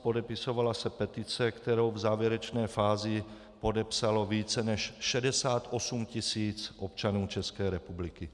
Podepisovala se petice, kterou v závěrečné fázi podepsalo více než 68 tisíc občanů České republiky.